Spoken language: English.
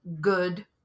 good